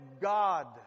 God